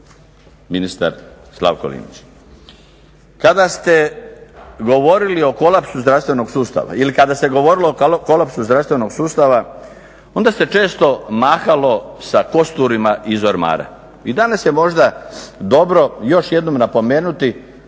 sustava ili kada se govorilo o kolapsu zdravstvenog sustava, onda se često mahalo sa kosturima iz ormara. I danas je možda dobro još jednom napomenuti